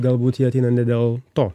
galbūt jie ateina ne dėl to